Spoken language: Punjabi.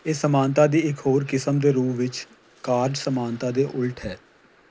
ਇਹ ਸਮਾਨਤਾ ਦੀ ਇੱਕ ਹੋਰ ਕਿਸਮ ਦੇ ਰੂਪ ਵਿੱਚ ਕਾਰਜ ਸਮਾਨਤਾ ਦੇ ਉਲਟ ਹੈ